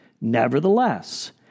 Nevertheless